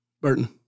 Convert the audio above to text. Burton